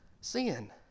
sin